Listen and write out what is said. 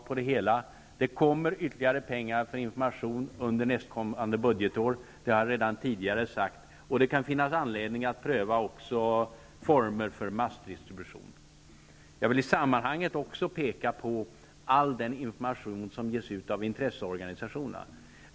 Det kommer, som jag redan tidigare sagt, ytterligare pengar för information under nästkommande budgetår, och det kan också finnas anledning att pröva former för massdistribution. Jag vill i sammanhanget också peka på all den information som ges ut av intresseorganisationerna.